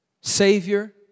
Savior